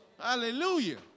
Hallelujah